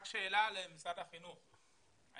סגן השר לבטחון הפנים דסטה גדי יברקן: רק שאלה למשרד החינוך.